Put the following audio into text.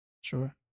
sure